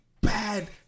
bad